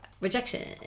rejection